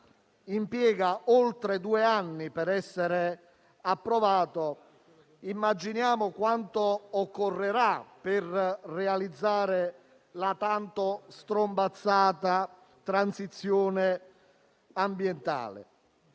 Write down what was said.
impiega oltre due anni per essere approvato, immaginiamo quanto tempo occorrerà per realizzare la tanto strombazzata transizione ambientale.